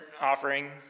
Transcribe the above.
offering